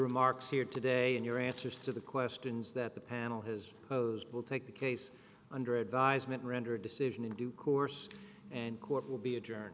remarks here today and your answers to the questions that the panel has posed will take the case under advisement render decision in due course and court will be adjourne